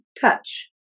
touch